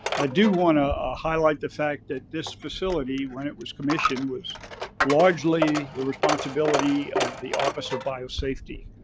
i do want to ah highlight the fact that this facility, when it was commissioned was largely the responsibility of the office of biosafety,